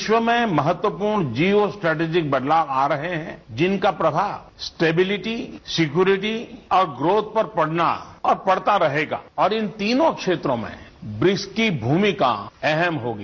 विश्व में महत्वपूर्ण जीव स्टैटजिक बदलाव आ रहे है जिनका प्रभाव स्टैबिलिटी सिक्युरिटी और ग्रोथ पर पड़ना और पड़ता रहेगा और इन तीनों क्षेत्रों में ब्रिक्स की भूमिका अहम होगी